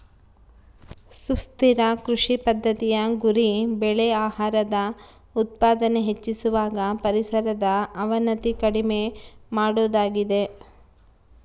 ಸುಸ್ಥಿರ ಕೃಷಿ ಪದ್ದತಿಯ ಗುರಿ ಬೆಳೆ ಆಹಾರದ ಉತ್ಪಾದನೆ ಹೆಚ್ಚಿಸುವಾಗ ಪರಿಸರದ ಅವನತಿ ಕಡಿಮೆ ಮಾಡೋದಾಗಿದೆ